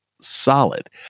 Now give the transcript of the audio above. solid